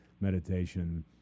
meditation